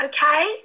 Okay